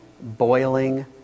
boiling